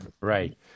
right